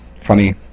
funny